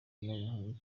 urimo